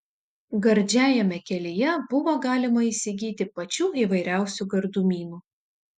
gardžiajame kelyje buvo galima įsigyti pačių įvairiausių gardumynų